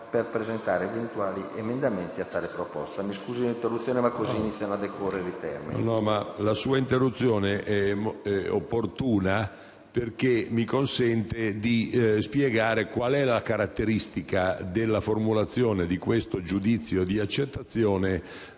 la sua interruzione è opportuna perché mi consente di spiegare qual è la caratteristica della formulazione del giudizio di accettazione